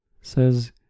says